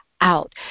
out